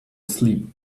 asleep